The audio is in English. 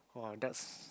oh that's